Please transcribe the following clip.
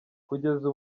kugeza